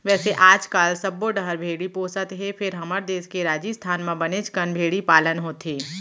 वैसे आजकाल सब्बो डहर भेड़ी पोसत हें फेर हमर देस के राजिस्थान म बनेच कन भेड़ी पालन होथे